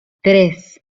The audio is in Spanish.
tres